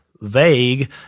vague